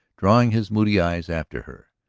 drawing his moody eyes after her.